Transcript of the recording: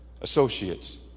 associates